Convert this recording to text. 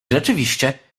rzeczywiście